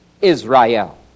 Israel